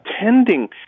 attending